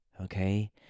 okay